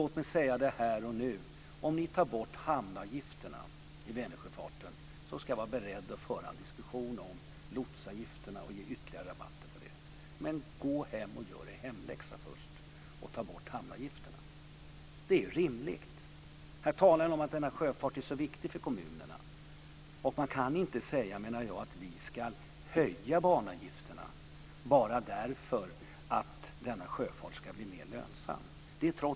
Låt mig säga det här och nu: Om ni tar bort hamnavgifterna i Vänersjöfarten är jag beredd att föra en diskussion om ytterligare rabatter på lotsavgifterna. Men gå först hem och gör er hemläxa och ta bort hamnavgifterna. Det är rimligt. Ni talar om att denna sjöfart är så viktig för kommunerna. Man kan inte säga, menar jag, att vi ska höja banavgifterna bara därför att denna sjöfart ska bli mer lönsam.